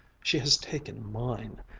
she has taken mine.